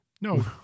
No